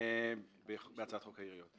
בהצעת חוק העיריות.